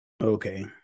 Okay